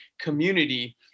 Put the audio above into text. community